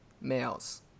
males